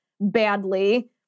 badly